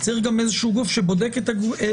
צריך גם איזשהו גוף שבודק את הגוף.